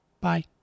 Bye